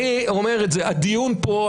הדיון פה,